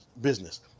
Business